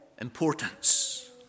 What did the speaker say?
importance